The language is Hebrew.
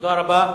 תודה רבה.